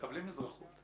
מקבלים אזרחות.